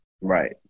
Right